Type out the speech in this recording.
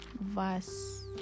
verse